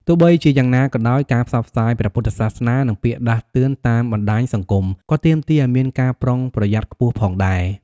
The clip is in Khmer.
ទោះបីជាយ៉ាងណាក៏ដោយ ការផ្សព្វផ្សាយព្រះពុទ្ធសាសនា និងពាក្យដាស់តឿនតាមបណ្តាញសង្គមក៏ទាមទារឱ្យមានការប្រុងប្រយ័ត្នខ្ពស់ផងដែរ។